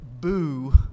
boo